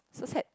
so sad